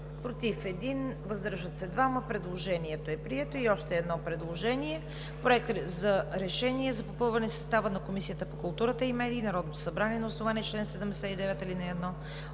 против 1, въздържали се 2. Предложението е прието. И още едно предложение: „Проект! РЕШЕНИЕ за попълване състава на Комисията по културата и медиите Народното събрание на основание чл. 79, ал. 1